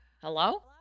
Hello